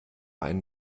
einen